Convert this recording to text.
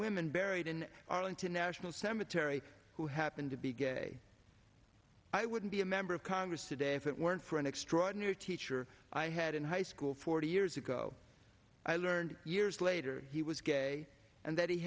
women buried in arlington national cemetery who happened to be gay i wouldn't be a member of congress today if it weren't for an extraordinary teacher i had in high school forty years ago i learned years later he was gay and that he